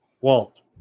Walt